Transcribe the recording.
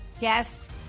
guest